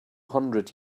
hundred